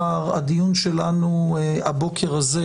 הדיון שלנו הבוקר הזה,